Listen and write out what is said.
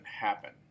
happen